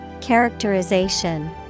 Characterization